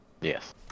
Yes